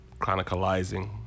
chronicalizing